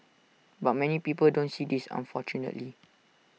but many people don't see this unfortunately